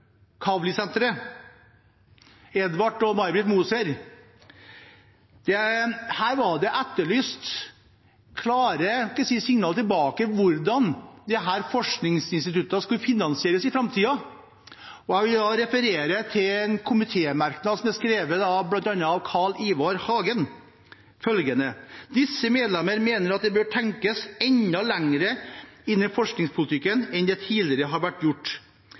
og May-Britt Moser. Her ble det etterlyst klare signaler om hvordan disse forskningsinstituttene skulle finansieres i framtiden. Jeg vil da referere en komitémerknad, som er skrevet av bl.a. Carl I. Hagen: «Disse medlemmer mener at det bør tenkes enda lengre innen forskningspolitikken enn det tidligere har vært gjort.